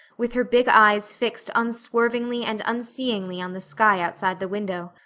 with her big eyes fixed unswervingly and unseeingly on the sky outside the window.